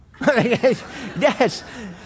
yes